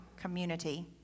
community